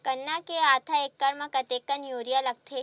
गन्ना के आधा एकड़ म कतेकन यूरिया लगथे?